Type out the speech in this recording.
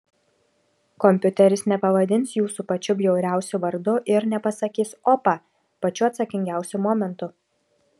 kompiuteris nepavadins jūsų pačiu bjauriausiu vardu ir nepasakys opa pačiu atsakingiausiu momentu